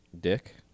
Dick